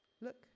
Look